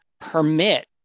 permit